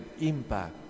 impact